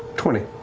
twenty.